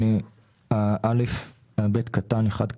48א(ב)(1)